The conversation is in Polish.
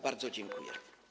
Bardzo dziękuję.